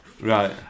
Right